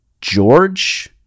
George